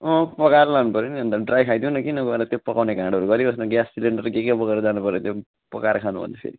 अँ पकाएर लानुपऱ्यो नि अन्त ड्राई खाइदिउँ न किन गएर त्यो पकाउने घाँडोहरू गरिबस्नु ग्यास सिलिन्डर के के बोकेर जानुपऱ्यो त्यो पकाएर खानु भनेपछि